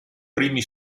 primi